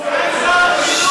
זה מצטבר.